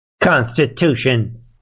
constitution